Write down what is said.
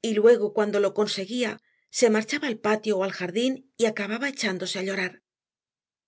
y luego cuando lo conseguía se marchaba al patio o al jardín y acababa echándose a llorar